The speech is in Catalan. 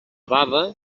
baba